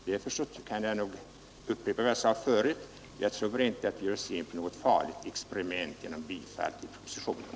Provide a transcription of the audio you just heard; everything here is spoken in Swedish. Därför kan jag nog upprepa vad jag sade förut: Jag tror inte att vi ger oss in på något farligt experiment genom att bifalla propositionen.